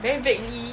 very vaguely